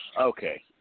Okay